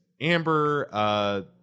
Amber